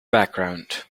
background